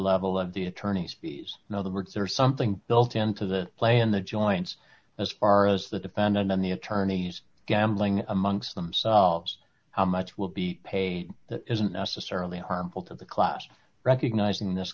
level of the attorney's fees in other words are something built into the play in the joints as far as the defendant in the attorney's gambling amongst themselves how much will be paid isn't necessarily harmful to the class recognizing this